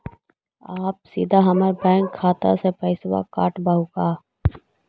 आप सीधे हमर बैंक खाता से पैसवा काटवहु का?